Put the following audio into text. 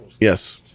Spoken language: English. yes